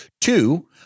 Two